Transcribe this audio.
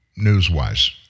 news-wise